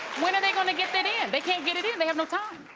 when are they gonna get it in? they can't get it in, they have no time.